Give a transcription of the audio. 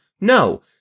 No